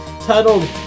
titled